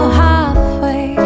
halfway